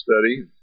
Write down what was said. study